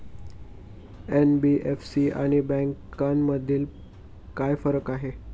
NBFC आणि बँकांमध्ये काय फरक आहे?